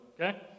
Okay